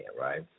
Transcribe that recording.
right